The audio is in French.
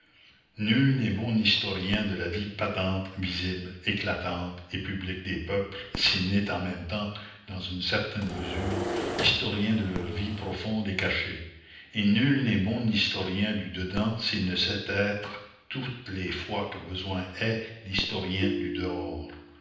nul n'est bon historien de la vie patente visible éclatante et publique des peuples s'il n'est en même temps dans une certaine mesure historien de leur vie profonde et cachée et nul n'est bon historien du dedans s'il ne sait être toutes les fois que besoin est historien du dehors